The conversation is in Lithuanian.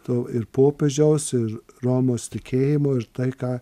to ir popiežiaus ir romos tikėjimo ir tai ką